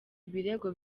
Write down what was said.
ibirego